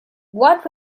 what